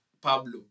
Pablo